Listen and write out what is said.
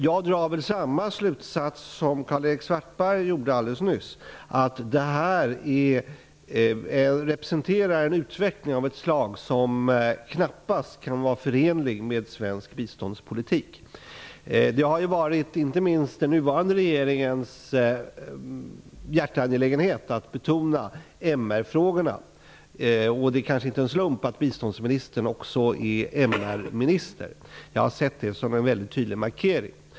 Jag drar samma slutsats som Karl-Erik Svartberg gjorde nyss, dvs. att dessa händelser representerar en utveckling som knappast kan vara förenlig med svensk biståndspolitik. Det har varit en hjärteangelägenhet, inte minst för den nuvarande regeringen, att betona MR-frågorna, och det kanske inte är en slump att biståndsministern också är MR-minister -- jag har sett det som en tydlig markering.